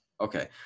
okay